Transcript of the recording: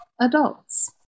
adults